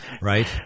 right